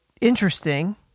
interesting